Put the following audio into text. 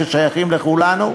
ששייכים לכולנו,